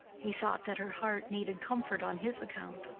he thought that her heart needed comfort on his account.